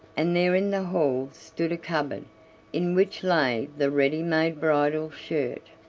and there in the hall stood a cupboard in which lay the ready-made bridal shirt,